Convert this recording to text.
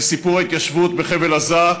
סיפור ההתיישבות בחבל עזה,